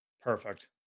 Perfect